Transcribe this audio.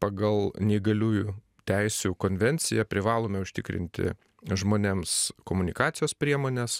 pagal neįgaliųjų teisių konvenciją privalome užtikrinti žmonėms komunikacijos priemones